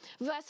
Verse